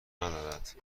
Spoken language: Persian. ندارد